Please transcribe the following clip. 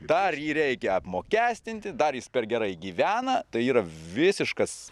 dar jį reikia apmokestinti dar jis per gerai gyvena tai yra visiškas